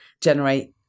generate